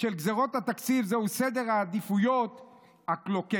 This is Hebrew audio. של גזרות התקציב זהו סדר העדיפויות הקלוקל"